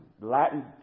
Latin